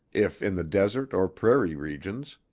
if in the desert or prairie regions.